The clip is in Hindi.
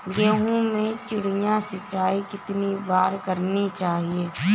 गेहूँ में चिड़िया सिंचाई कितनी बार करनी चाहिए?